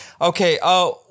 Okay